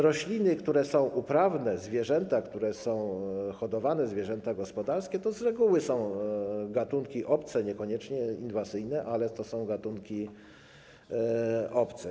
Rośliny, które są uprawne, zwierzęta, które są hodowane, zwierzęta gospodarskie, to z reguły są gatunki obce, niekoniecznie inwazyjne, ale są to gatunki obce.